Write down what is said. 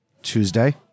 Tuesday